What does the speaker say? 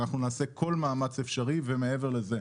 אנחנו נעשה כל מאמץ אפשרי ומעבר לזה,